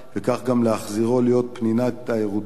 וכך גם להחזירו להיות פנינה תיירותית,